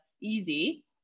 easy